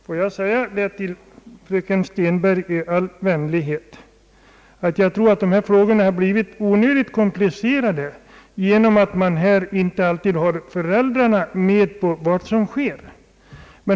Får jag till fröken Stenberg i all vänlighet säga, att jag tror att dessa frågor blivit onödigt komplicerade genom att man inte alltid har föräldrarna med på vad som sker.